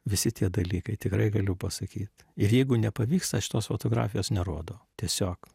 visi tie dalykai tikrai galiu pasakyt ir jeigu nepavyksta šitos fotografijos nerodau tiesiog